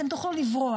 אתם תוכל לברוח.